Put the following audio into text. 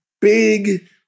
big